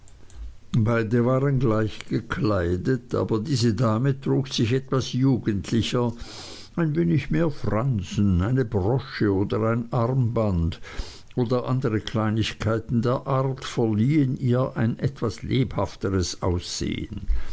beide waren gleich gekleidet aber diese dame trug sich etwas jugendlicher ein wenig mehr fransen eine brosche oder ein armband oder andere kleinigkeiten der art verliehen ihr ein etwas lebhafteres aussehen